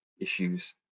issues